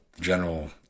general